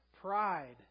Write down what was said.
Pride